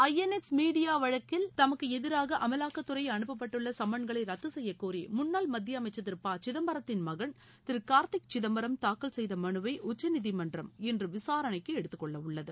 ஐ N X media வழக்கில் தமக்கு எதிராக அமலாக்கத்துறை அனுப்பட்டு சம்மன்களை ரத்து செய்ய கோரி முன்னாள் மத்திய அமைச்சா் திரு ப சிதம்பரத்தின் மகன் திரு கார்த்தி சிதம்பரம் தாக்கல் செய்த மனுவை உச்சநீதிமன்றம் இன்று விசாரணைக்கு எடுத்துக்கொள்ள உள்ளது